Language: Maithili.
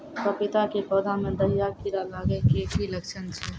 पपीता के पौधा मे दहिया कीड़ा लागे के की लक्छण छै?